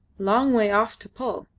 long way off to pull.